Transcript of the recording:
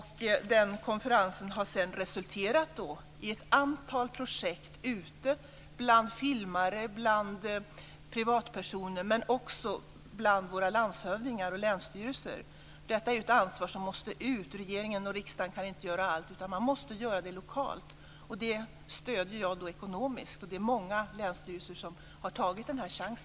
Den konferensen har sedan resulterat i ett antal projekt ute bland filmare, privatpersoner och våra landshövdingar och länsstyrelser. Detta är ju ett ansvar som måste ut. Regeringen och riksdagen kan inte göra allt, utan man måste göra det lokalt. Det stöder jag ekonomiskt. Och det är många länsstyrelser som har tagit denna chans.